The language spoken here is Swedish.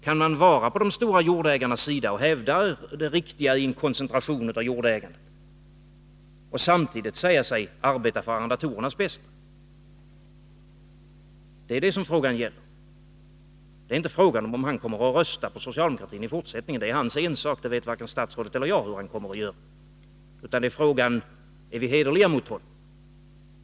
Kan man vara på de stora jordägarnas sida och hävda det riktiga i en koncentration av jordägandet och samtidigt säga sig arbeta för arrendatorernas bästa? Det är det som frågan gäller. Det är således inte fråga om den gamle mannen kommer att rösta på socialdemokratin i fortsättningen — det är hans ensak. Varken statsrådet eller jag vet hur han kommer att göra. Frågan är i stället: Är vi hederliga mot honom?